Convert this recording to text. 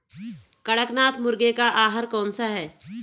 कड़कनाथ मुर्गे का आहार कौन सा है?